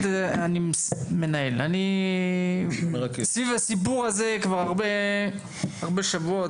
אני סביב הסיפור הזה כבר הרבה שבועות,